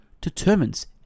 determines